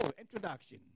introduction